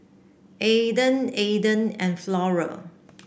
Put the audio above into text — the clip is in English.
Aden Aden and Flora